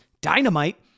dynamite